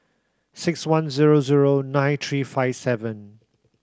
six one zero zero nine three five seven